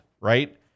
right